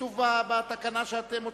כתוב בתקנה שאתם הוצאתם,